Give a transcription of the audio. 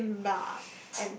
Simba